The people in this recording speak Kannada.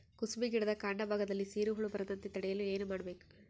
ಕುಸುಬಿ ಗಿಡದ ಕಾಂಡ ಭಾಗದಲ್ಲಿ ಸೀರು ಹುಳು ಬರದಂತೆ ತಡೆಯಲು ಏನ್ ಮಾಡಬೇಕು?